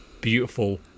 beautiful